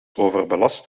overbelast